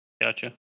Gotcha